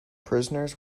prisoners